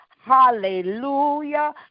hallelujah